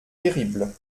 terrible